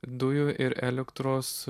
dujų ir elektros